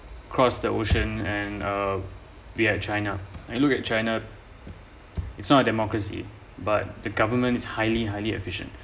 cross the ocean and uh be like china and look at china it's not a democracy but the government is highly highly efficient